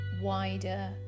wider